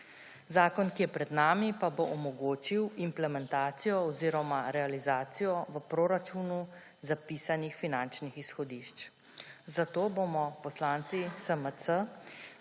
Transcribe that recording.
Zakon, ki je pred nami, pa bo omogočil implementacijo oziroma realizacijo v proračunu zapisanih finančnih izhodišč, zato bomo poslanci SMC